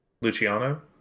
Luciano